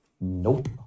Nope